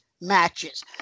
matches